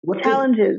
Challenges